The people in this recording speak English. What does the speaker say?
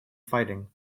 fighting